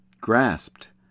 grasped